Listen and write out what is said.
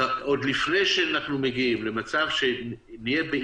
עוד לפני שאנחנו מגיעים למצב שנהיה במצב של